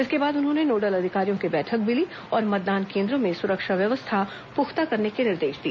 इसके बाद उन्होंने नोडल अधिकारियों की बैठक भी ली और मतदान केद्रों में सुरक्षा व्यवस्था पुख्ता करने के निर्देश दिए